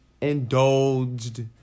indulged